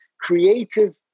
creative